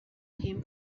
him